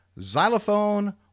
xylophone